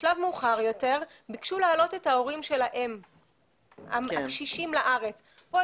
בשלב מאוחר יותר ביקשו להעלות את ההורים הקשישים של האם לארץ.